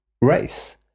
race